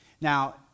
Now